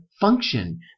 function